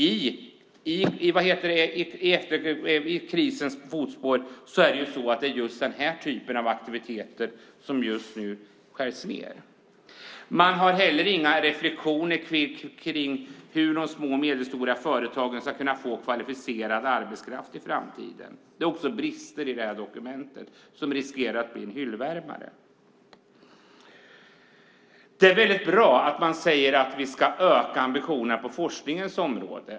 I spåren av krisen är det just den här typen av aktiviteter som det just nu skärs ned på. Inte heller finns det några reflexioner om hur de små och medelstora företagen i framtiden ska kunna få kvalificerad arbetskraft. Det finns brister i här dokumentet - ett dokument som riskerar att bli en hyllvärmare. Det är mycket bra att man säger att vi ska öka ambitionerna på forskningsområdet.